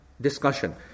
discussion